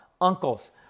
uncles